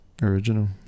Original